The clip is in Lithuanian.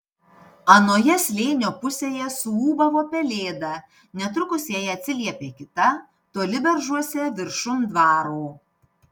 anoje slėnio pusėje suūbavo pelėda netrukus jai atsiliepė kita toli beržuose viršum dvaro